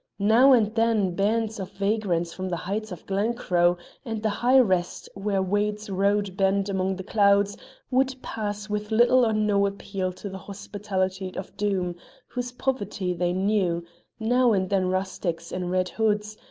now and then bands of vagrants from the heights of glencroe and the high rest where wade's road bent among the clouds would pass with little or no appeal to the hospitality of doom, whose poverty they knew now and then rustics in red hoods,